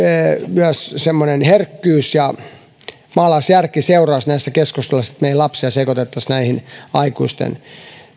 myös semmoinen herkkyys ja maalaisjärki seuraisivat keskusteluissa että me emme lapsia sekoittaisi aikuisten